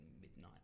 midnight